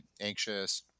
anxious